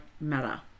matter